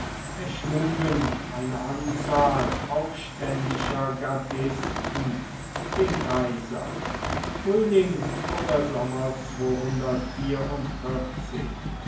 erschlugen eine anzahl aufständischer gardisten den kaiser frühling oder